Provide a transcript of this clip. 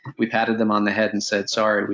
we've patted them on the head and said, sorry,